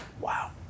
Wow